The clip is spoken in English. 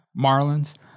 Marlins